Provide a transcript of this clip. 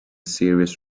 serious